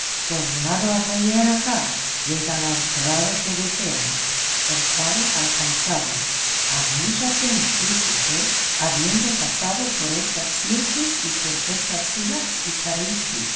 tornando a caer acá llegan al grado que desean el cual alcanzado a muchos hemos visto que habiendo pasado por estas sirtes y por estas scilas y caribdis